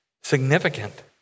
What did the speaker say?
significant